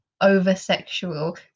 over-sexual